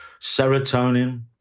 serotonin